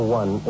one